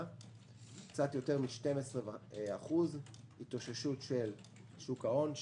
רואים קצת יותר מ-12% התאוששות של שוק ההון,